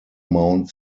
mount